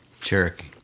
Cherokee